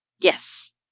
Yes